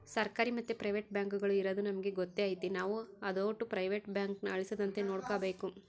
ಸರ್ಕಾರಿ ಮತ್ತೆ ಪ್ರೈವೇಟ್ ಬ್ಯಾಂಕುಗುಳು ಇರದು ನಮಿಗೆ ಗೊತ್ತೇ ಐತೆ ನಾವು ಅದೋಟು ಪ್ರೈವೇಟ್ ಬ್ಯಾಂಕುನ ಅಳಿಸದಂತೆ ನೋಡಿಕಾಬೇಕು